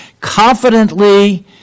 confidently